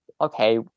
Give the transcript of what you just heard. okay